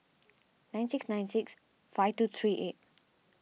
nine six nine six five two three eight